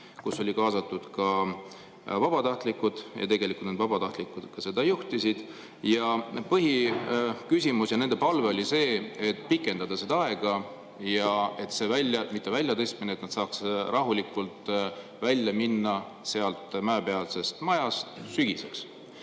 kus olid kaasatud vabatahtlikud, ja tegelikult need vabatahtlikud ka seda juhtisid. Põhiküsimus ja nende palve oli see, et pikendada seda aega ja et nad saaksid rahulikult välja minna sealt Mäepealse majast sügiseks.